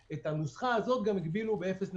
היה לכם מספיק זמן לחשוב על כך,